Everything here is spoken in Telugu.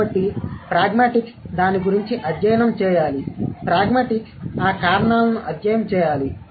కాబట్టి ప్రాగ్మాటిక్స్ దాని గురించి అధ్యయనం చేయాలి ప్రాగ్మాటిక్స్ ఆ కారణాలను అధ్యయనం చేయాలి